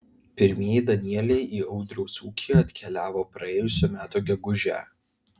pirmieji danieliai į audriaus ūkį atkeliavo praėjusių metų gegužę